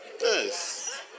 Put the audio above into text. yes